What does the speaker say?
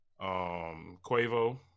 Quavo